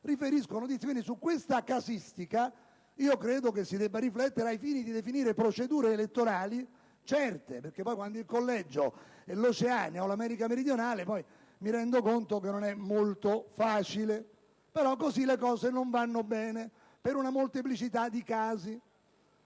riferiscono di questa casistica. Credo che si debba riflettere al fine di definire procedure elettorali certe, perché poi quando il collegio è l'Oceania o l'America Meridionale, mi rendo conto che non è molto facile. Ma così le cose non vanno bene, per una molteplicità di casi.